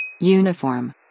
Uniform